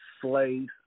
slaves